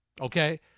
okay